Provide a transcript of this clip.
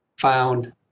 found